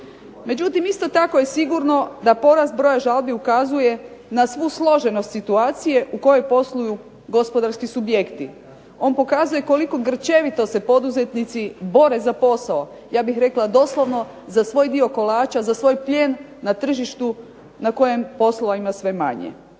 Međutim, isto tako je sigurno da porast broja žalbi ukazuje na svu složenost situacije u kojoj posluju gospodarski subjekti. On pokazuje koliko grčevito se poduzetnici bore za posao, ja bih rekla doslovno za svoj dio kolača, za svoj plijen na tržištu na kojem poslova ima sve manje.